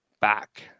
back